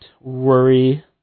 worry